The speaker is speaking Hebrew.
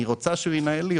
אני רוצה שהוא ינהל לי,